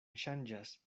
ŝanĝas